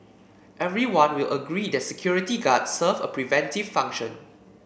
everyone will agree that security guards serve a preventive function